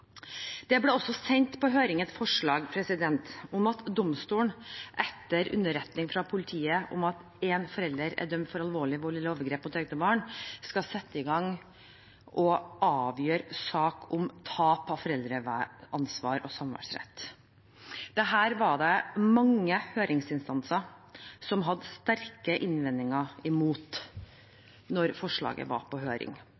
Det ble også sendt på høring et forslag om at domstolen etter underretning fra politiet om at en forelder er dømt for alvorlig vold eller overgrep mot egne barn, skal sette i gang og avgjøre sak om tap av foreldreansvar og samværsrett. Dette var det mange høringsinstanser som hadde sterke innvendinger mot da forslaget var på høring.